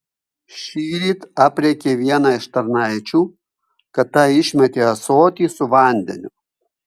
šįryt aprėkė vieną iš tarnaičių kad ta išmetė ąsotį su vandeniu